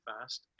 fast